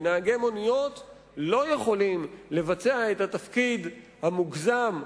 כי נהגי מוניות לא יכולים לבצע את התפקיד המוגזם,